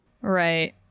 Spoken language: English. Right